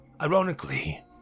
Ironically